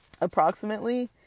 approximately